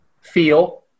feel